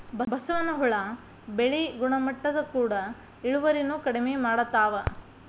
ಬಸವನ ಹುಳಾ ಬೆಳಿ ಗುಣಮಟ್ಟದ ಕೂಡ ಇಳುವರಿನು ಕಡಮಿ ಮಾಡತಾವ